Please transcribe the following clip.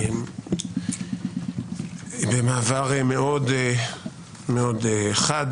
במעבר מאוד חד,